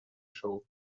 show